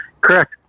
Correct